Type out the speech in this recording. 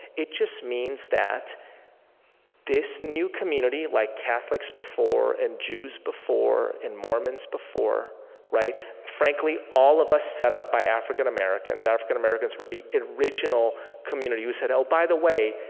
it just means that this new community, like catholics before, and jews before, and mormons before frankly, all of us set up by african americans. african americans were the original community who said, oh, by the way,